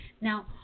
Now